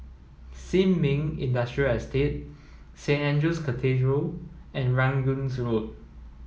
Sin Ming Industrial Estate Saint Andrew's Cathedral and Rangoon Road